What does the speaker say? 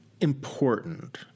important